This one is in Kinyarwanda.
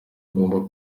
ugomba